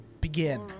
begin